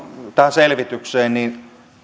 selvitykseen niin